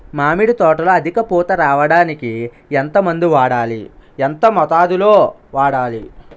మామిడి తోటలో అధిక పూత రావడానికి ఎంత మందు వాడాలి? ఎంత మోతాదు లో వాడాలి?